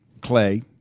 clay